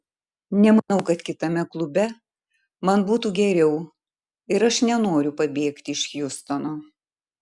nemanau kad kitame klube man būtų geriau ir aš nenoriu pabėgti iš hjustono